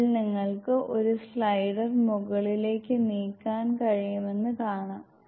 ഇതിൽ നിങ്ങൾക്ക് ഈ സ്ലൈഡർ മുകളിലേക്ക് നീക്കാൻ കഴിയുമെന്ന് കാണാം